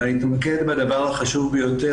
אבל אתמקד בדבר החשוב ביותר,